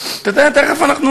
אתה תענה לנו?